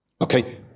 Okay